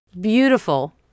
beautiful